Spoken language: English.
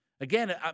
Again